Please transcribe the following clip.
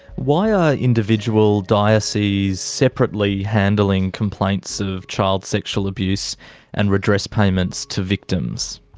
why are individual dioceses separately handling complaints of child sexual abuse and redress payments to victims?